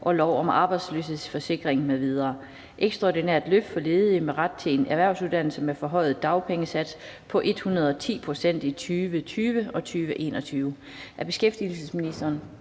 og lov om arbejdsløshedsforsikring m.v. (Ekstraordinært løft for ledige med ret til en erhvervsuddannelse med forhøjet dagpengesats på 110 pct. i 2020-2021)